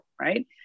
right